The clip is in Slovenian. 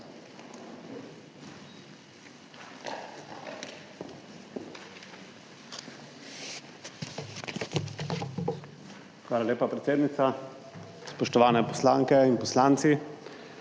Hvala lepa predsednica. Spoštovani poslanke in poslanci!